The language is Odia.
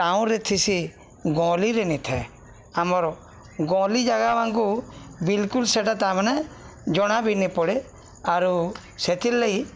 ଟାଉନରେ ଥିସି ଗଳିରେ ନେଇଥେ ଆମର ଗଳି ଜାଗା ମାନଙ୍କୁ ବିଲକୁଲ ସେଇଟା ତା'ମାନେ ଜଣା ବିି ନି ପଡ଼େ ଆରୁ ସେଥିର୍ ଲାଗି